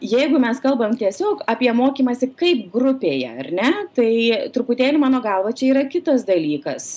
jeigu mes kalbam tiesiog apie mokymąsi kaip grupėje ar ne tai truputėlį mano galva čia yra kitas dalykas